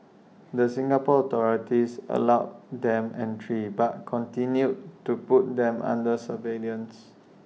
the Singapore authorities allowed them entry but continued to put them under surveillance